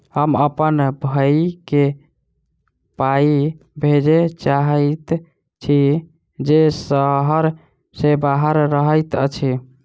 हम अप्पन भयई केँ पाई भेजे चाहइत छि जे सहर सँ बाहर रहइत अछि